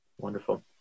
wonderful